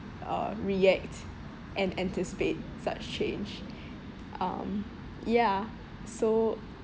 uh react and anticipate such change um ya so